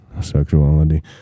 sexuality